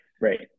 right